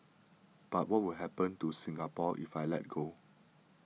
but what will happen to Singapore if I let go